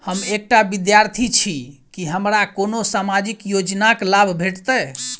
हम एकटा विद्यार्थी छी, की हमरा कोनो सामाजिक योजनाक लाभ भेटतय?